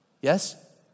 Yes